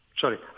Sorry